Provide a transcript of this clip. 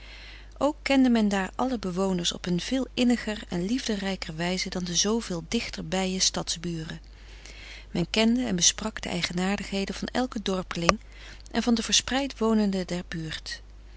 ook kende men daar alle bewoners op een veel inniger en liefderijker wijze dan de zooveel dichterbije stadsburen men kende en besprak de eigenaardigheden van elk dorpeling en van de verspreid wonenden der buurt